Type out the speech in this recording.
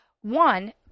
One